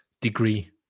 degree